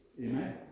amen